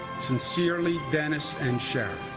sincerely dennis and sharon.